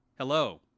Hello